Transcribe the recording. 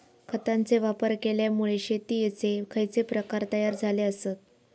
खतांचे वापर केल्यामुळे शेतीयेचे खैचे प्रकार तयार झाले आसत?